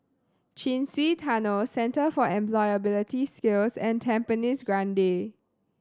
Chin Swee Tunnel Centre for Employability Skills and Tampines Grande